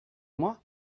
moi